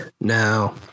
no